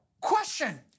Question